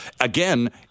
again